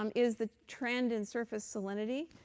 um is the trend in surface salinity.